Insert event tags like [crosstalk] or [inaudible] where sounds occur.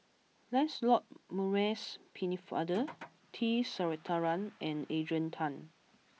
Lancelot Maurice Pennefather [noise] T Sasitharan and Adrian Tan